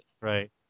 Right